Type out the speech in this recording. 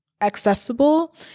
accessible